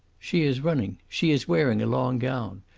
she is running. she is wearing a long gown.